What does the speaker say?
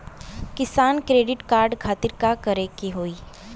किसान credit card खातिर का करे के होई?